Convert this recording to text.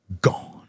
gone